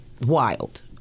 wild